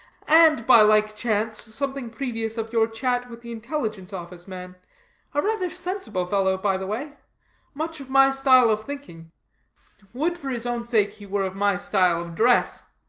and, by like chance, something previous of your chat with the intelligence-office man a rather sensible fellow, by the way much of my style of thinking would, for his own sake, he were of my style of dress.